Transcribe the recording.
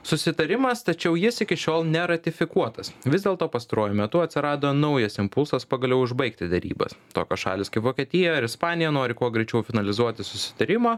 susitarimas tačiau jis iki šiol neratifikuotas vis dėlto pastaruoju metu atsirado naujas impulsas pagaliau užbaigti derybas tokios šalys kaip vokietija ir ispanija nori kuo greičiau finalizuoti susitarimą